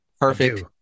perfect